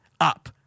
up